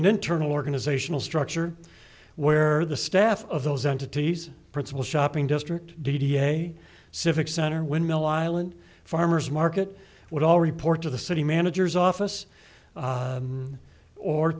an internal organizational structure where the staff of those entities principal shopping district d d a civic center windmill island farmer's market would all report to the city managers office